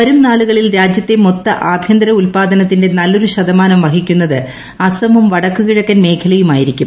വരും നാളുകളിൽ രാജ്യത്തെ മൊത്ത ആഭ്യന്തര ഉൽപ്പാദനത്തിന്റെ നല്ലൊരു ശതമാനം വഹിക്കുന്നത് അസമും വടക്കുകിഴക്കൻ മേഖലയുമായിരിക്കും